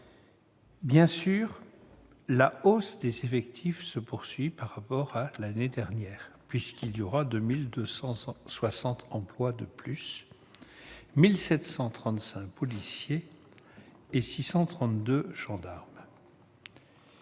Bien sûr, la hausse des effectifs se poursuit par rapport à l'année dernière, puisqu'il y aura 2 360 emplois de plus, dont 1 735 policiers et 632 gendarmes.